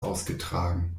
ausgetragen